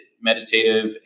meditative